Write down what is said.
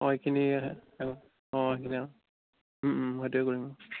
অ' সেইখিনি অ' সেইখিনি অ' সেইটোৱে কৰিম অ'